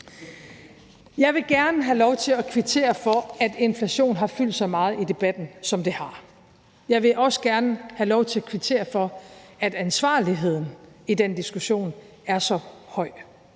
Jeg vil gerne have lov til at kvittere for, at inflation har fyldt så meget i debatten, som den har. Jeg vil også gerne have lov til at kvittere for, at ansvarligheden i den diskussion er så høj.